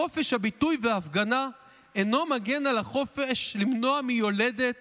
חופש הביטוי וההפגנה אינו מגן על החופש למנוע מיולדת